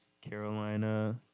Carolina